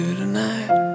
tonight